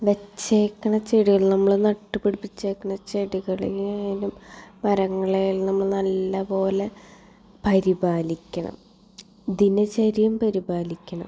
വച്ചിരിക്കണ ചെടികൾ നമ്മൾ നട്ടുപിടിപ്പിച്ചിരിക്കണ ചെടികളെ ആയാലും മരങ്ങളെ ആയാലും നമ്മൾ നല്ല പോലെ പരിപാലിക്കണം ദിനചര്യം പരിപാലിക്കണം